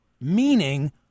meaning